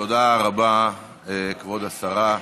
תודה רבה, כבוד השרה.